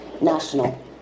national